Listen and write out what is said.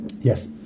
Yes